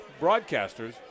broadcasters